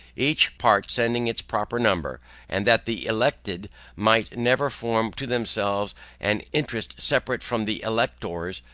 each part sending its proper number and that the elected might never form to themselves an interest separate from the electors,